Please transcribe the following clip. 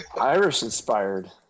Irish-inspired